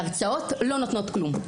והרצאות לא נותנות כלום,